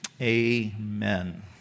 amen